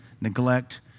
neglect